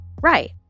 Right